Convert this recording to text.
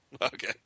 Okay